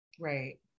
Right